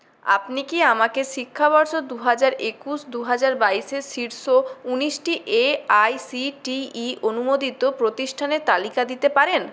আপনি কি আমাকে শিক্ষাবর্ষ দু হাজার একুশ দু হাজার বাইশে শীর্ষ ঊনিশটি A I C T E অনুমোদিত প্রতিষ্ঠানের তালিকা দিতে পারেন